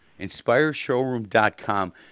InspireShowroom.com